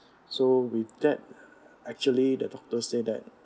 so with that actually the doctor say that